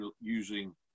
using